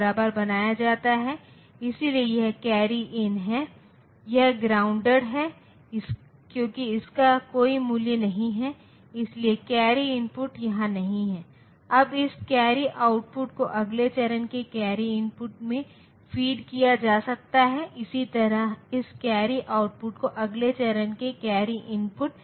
तो मान ली गई संख्या दी गई समीकरण में इस प्रकार है x 1 y पहली संख्या बेस x 1 संख्या प्रणाली है और दूसरी संख्या बेस y संख्या प्रणाली है और मान समान हैं